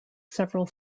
several